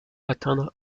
atteindre